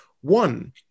One